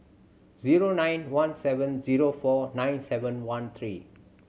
zero nine one seven zero four nine seven one three